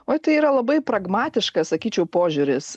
o tai yra labai pragmatiškas sakyčiau požiūris